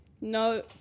No